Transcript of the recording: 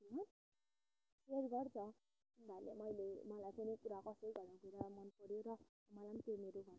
share गर्छ उनीहरूले मैले मलाई पनि कुरा कसरी मन पऱ्यो र मलाई पनि